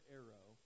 arrow